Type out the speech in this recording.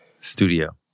studio